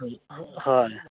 हय